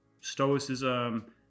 stoicism